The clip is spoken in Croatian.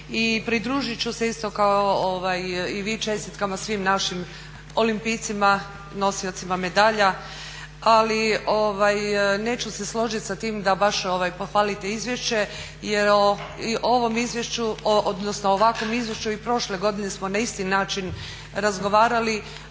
pridružit ću se isto kao i vi čestitkama svim našim olimpijcima nosiocima medalja, ali neću se složit s tim da baš pohvalite izvješće jer o ovakvom izvješću i prošle godine smo na isti način razgovarali